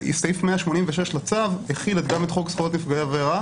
סעיף 186 לצו החיל גם את חוק זכויות נפגעי עבירה